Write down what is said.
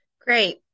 Great